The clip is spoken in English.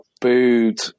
booed